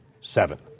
seven